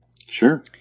Sure